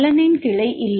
alanine கிளை இல்லை